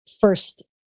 first